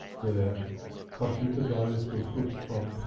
the computer guys, will put from.